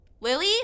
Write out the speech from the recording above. Lily